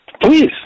Please